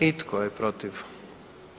I tko je protiv?